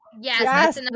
yes